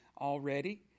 already